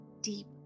deep